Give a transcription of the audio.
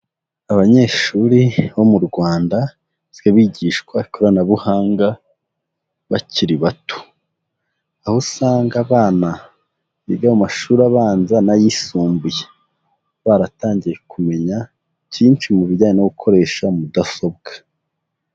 Abanyeshuri bo mu Rwanda basigaye bigishashwa ikoranabuhanga bakiri bato, aho usanga abana biga mu mashuri abanza n'ayisumbuye baratangiye kumenya byinshi mu bijyanye no gukoresha mudasobwa.